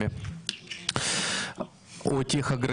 בישראל,